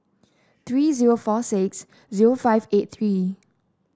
three zero four six zero five eight three